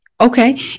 okay